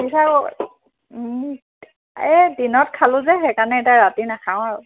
এই দিনত খালোঁ যে সেইকাৰণে এতিয়া ৰাতি নাখাওঁ আৰু